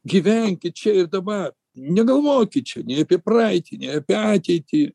gyvenkit čia ir dabar negalvokit čia nei apie praeitį nei apie ateitį